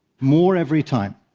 more every time.